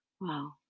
wow